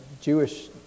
Jewish